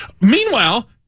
Meanwhile